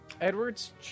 Edward's